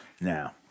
Now